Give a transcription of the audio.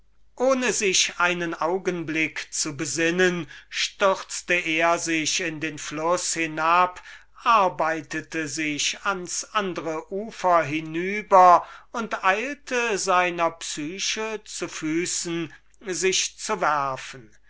ohne sich einen augenblick zu besinnen stürzte er sich in den fluß hinab arbeitete sich ans andre ufer hinüber und eilte sich seiner psyche zu füßen zu werfen